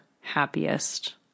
happiest